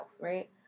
right